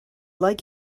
like